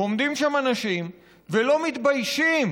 ועומדים שם אנשים ולא מתביישים,